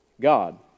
God